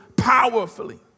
powerfully